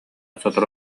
сотору